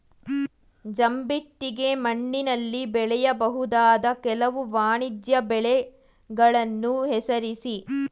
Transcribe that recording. ಜಂಬಿಟ್ಟಿಗೆ ಮಣ್ಣಿನಲ್ಲಿ ಬೆಳೆಯಬಹುದಾದ ಕೆಲವು ವಾಣಿಜ್ಯ ಬೆಳೆಗಳನ್ನು ಹೆಸರಿಸಿ?